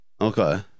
Okay